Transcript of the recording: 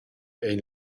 ein